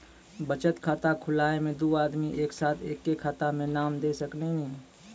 बचत खाता खुलाए मे दू आदमी एक साथ एके खाता मे नाम दे सकी नी?